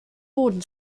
boden